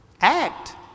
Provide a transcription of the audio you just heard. Act